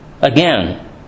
Again